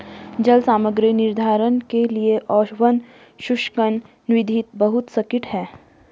जल सामग्री निर्धारण के लिए ओवन शुष्कन विधि बहुत सटीक है